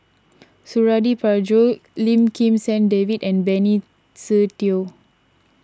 Suradi Parjo Lim Kim San David and Benny Se Teo